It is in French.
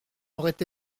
aurait